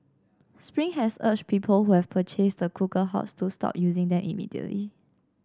spring has urged people who have purchased the cooker hobs to stop using them immediately